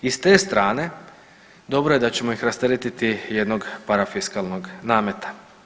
I s te strane dobro je da ćemo ih rasteretiti jednog parafiskalnog nameta.